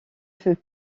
fut